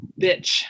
bitch